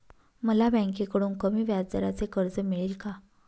मला बँकेकडून कमी व्याजदराचे कर्ज मिळेल का?